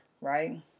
Right